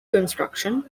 construction